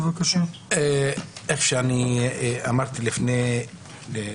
כפי שאמרתי לפני כן.